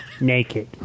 Naked